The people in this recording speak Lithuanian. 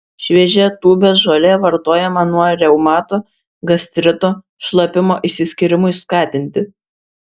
šviežia tūbės žolė vartojama nuo reumato gastrito šlapimo išsiskyrimui skatinti